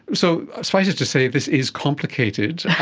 so suffice it to say this is complicated,